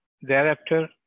Thereafter